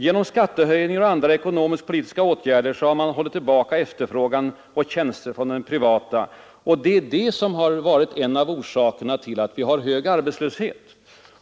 Genom höjning av skatter och andra ekonomiskpolitiska avgifter har man hållit tillbaka efterfrågan på tjänster på den privata sektorn, och det har varit en av orsakerna till att vi har hög arbetslöshet.